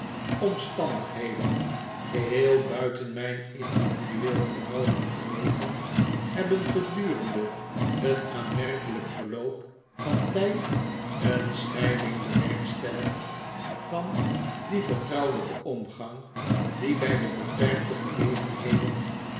omstandigheden geheel buiten mijn individueel vermogen gelegen hebben gedurende een aanmerkelijk verloop van tijd een scheiding bewerkstelligd van dien vertrouwelijken omgang die bij de beperkte gelegenheden